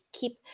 keep